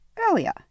Earlier